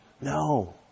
No